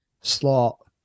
slot